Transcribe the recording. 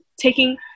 taking